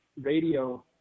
radio